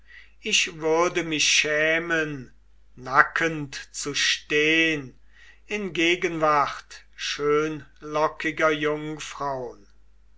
ich würde mich schämen nackend zu stehn in gegenwart schönlockiger jungfraun